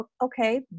okay